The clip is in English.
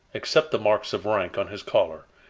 except the marks of rank on his collar,